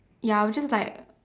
ya I would just like